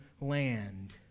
land